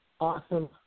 awesome